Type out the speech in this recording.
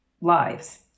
lives